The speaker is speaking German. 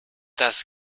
das